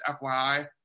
fyi